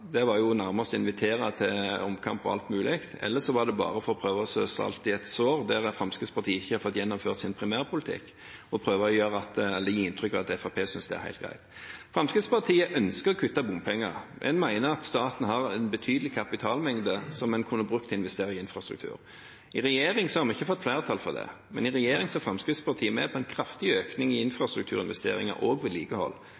Det var nærmest å invitere til omkamp, eller så var det bare for å prøve å strø salt i et sår på et punkt der Fremskrittspartiet ikke har fått gjennomført sin primærpolitikk, og prøve å gi inntrykk av at Fremskrittspartiet synes det er helt greit. Fremskrittspartiet ønsker å kutte bompenger. En mener at staten har en betydelig kapitalmengde som en kunne brukt til å investere i infrastruktur. I regjering har vi ikke fått flertall for det, men i regjering er Fremskrittspartiet med på en kraftig økning i